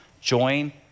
Join